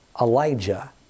Elijah